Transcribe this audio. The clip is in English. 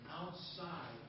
outside